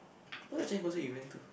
what other chinese concert you went to